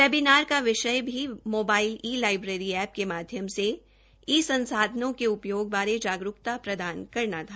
webinar का विषय भी मोबाइल ई लाइब्रेरी एप के माध्यम से ई संसाधनों के उपयोग व जागरूकता प्रदान करना था